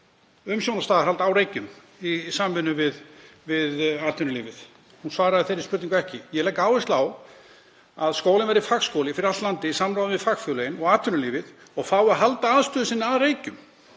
falin umsjón og staðarhald á Reykjum í samvinnu við atvinnulífið. Hún svaraði þeirri spurningu ekki. Ég legg áherslu á að skólinn verði fagskóli fyrir allt landið í samráði við fagfélögin og atvinnulífið og fái að halda aðstöðu sinni að Reykjum.